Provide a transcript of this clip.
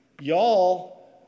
Y'all